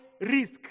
risk